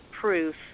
proof